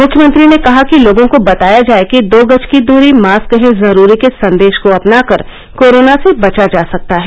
मुख्यमंत्री ने कहा कि लोगों को बताया जाए कि दो गज की दूरी मास्क है जरूरी के संदेश को अपनाकर कोरोना से बचा जा सकता है